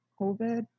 COVID